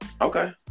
Okay